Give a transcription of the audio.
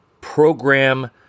program